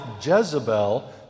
Jezebel